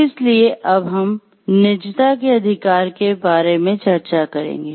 इसलिए अब हम निजता के अधिकार के बारे में चर्चा करेंगे